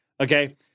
okay